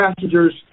passengers